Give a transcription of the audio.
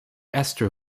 esther